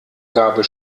gabel